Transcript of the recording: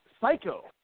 Psycho